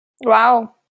Wow